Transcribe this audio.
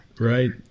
Right